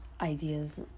ideas